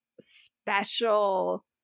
special